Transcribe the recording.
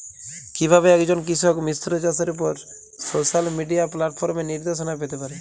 কিভাবে একজন কৃষক মিশ্র চাষের উপর সোশ্যাল মিডিয়া প্ল্যাটফর্মে নির্দেশনা পেতে পারে?